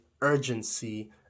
urgency